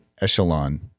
echelon